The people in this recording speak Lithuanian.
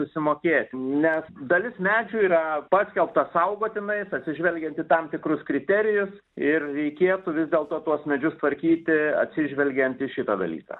susimokėti nes dalis medžių yra paskelbta saugotinais atsižvelgiant į tam tikrus kriterijus ir reikėtų vis dėlto tuos medžius tvarkyti atsižvelgiant į šitą dalyką